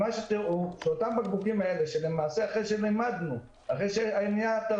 מה שתראו זה אותם בקבוקים שאחרי לימדנו אנשים